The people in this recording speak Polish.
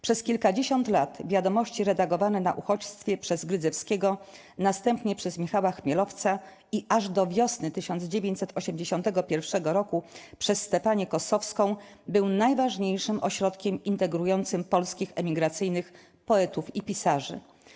Przez kilkadziesiąt lat 'Wiadomości' redagowane na uchodźstwie przez Grydzewskiego, następnie przez Michała Chmielowca i aż do wiosny 1981 roku przez Stefanię Kossowską, były najważniejszym ośrodkiem integrującym polskich emigracyjnych poetów i pisarzy.